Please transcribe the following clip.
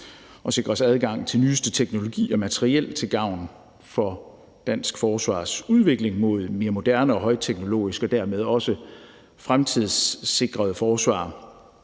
og sikre os adgang til den nyeste teknologi og det nyeste materiel til gavn for dansk forsvars udvikling mod et mere moderne og højteknologisk og dermed også fremtidssikret forsvar,